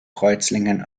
kreuzlingen